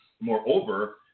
moreover